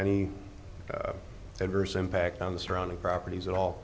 any adverse impact on the surrounding properties at all